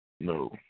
No